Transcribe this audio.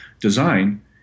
design